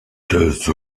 das